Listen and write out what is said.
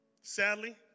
Sadly